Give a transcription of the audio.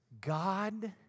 God